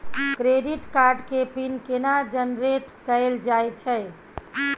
Credit card के pin केना generate कैल जाए छै?